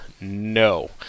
No